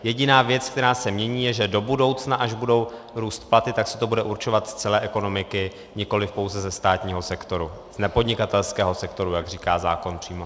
Jediná věc, která se mění, je, že do budoucna, až budou růst platy, tak se to bude určovat z celé ekonomiky, nikoliv pouze ze státního sektoru, z nepodnikatelského sektoru, jak říká zákon přímo.